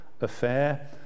affair